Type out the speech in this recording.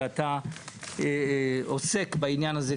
לא באתי בטענות.